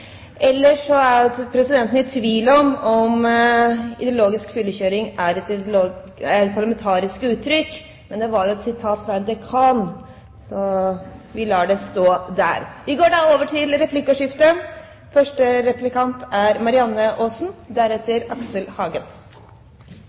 Ellers er presidenten i tvil om «ideologisk fyllekjøring» er et parlamentarisk uttrykk. Men det var jo et sitat fra en dekan, så vi lar det stå der. Det blir replikkordskifte. Jeg vil i hvert fall starte med å gi ros til